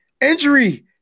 injury